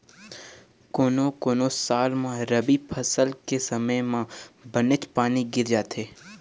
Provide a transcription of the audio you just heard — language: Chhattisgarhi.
कोनो कोनो साल म रबी फसल के समे म बनेच पानी गिर जाथे